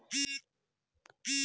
गाड़ी के बीमा कईसे करल जाला?